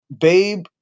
Babe